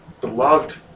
beloved